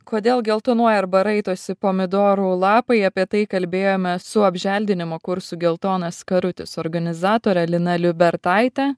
kodėl geltonuoja arba raitosi pomidorų lapai apie tai kalbėjome su apželdinimo kursų geltonas karutis organizatore lina liubertaite